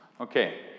Okay